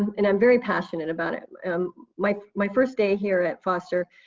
and i'm very passionate about it. and like my first day here at foster,